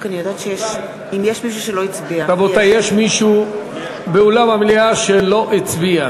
מישהו באולם המליאה שלא הצביע?